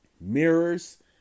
mirrors